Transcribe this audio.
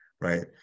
right